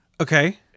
Okay